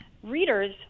readers